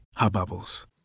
hubbubbles